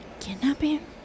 Kidnapping